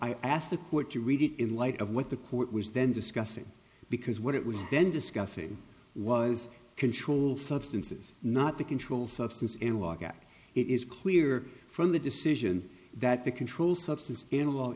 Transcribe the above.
i asked the court to read it in light of what the court was then discussing because what it was then discussing was controlled substances not the controlled substance and walk out it is clear from the decision that the controlled substance animal